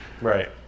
Right